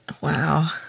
Wow